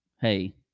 hey